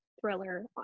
thriller